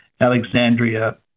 Alexandria